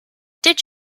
did